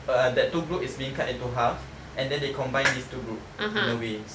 uh that two group is being cut into half and then they combine these two groups in a way